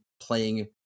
playing